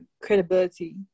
credibility